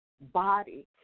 body